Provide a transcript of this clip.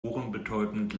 ohrenbetäubend